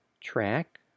track